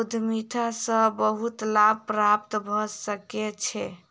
उद्यमिता सॅ बहुत लाभ प्राप्त भ सकै छै